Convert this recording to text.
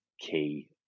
key